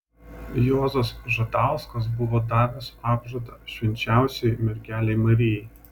juozas žadauskas buvo davęs apžadą švenčiausiajai mergelei marijai